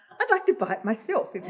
i'd like to buy it myself!